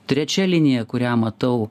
trečia linija kurią matau